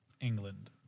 England